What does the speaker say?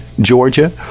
Georgia